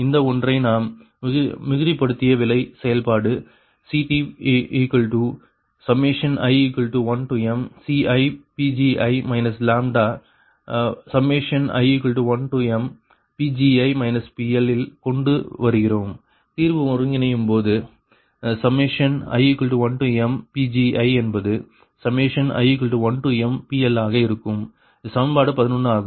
இந்த ஒன்றை நாம் மிகுதிப்படுத்திய விலை செயல்பாடு CTi1mCi λi1mPgi PL இல் கொண்டு வருகிறோம் தீர்வு ஒருங்கிணையும்போது i1mPgi என்பது i1mPL ஆக இருக்கும் இது சமன்பாடு 11 ஆகும்